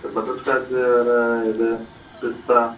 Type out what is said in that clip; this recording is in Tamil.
இந்த பட்டர்ஸ்காட்ச் வேறு இது பிஸ்தா